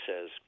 says